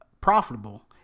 profitable